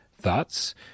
Thoughts